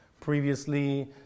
Previously